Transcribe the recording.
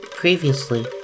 previously